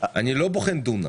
אני לא בוחן דונם.